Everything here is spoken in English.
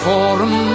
Forum